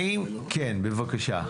קצר קולע בבקשה.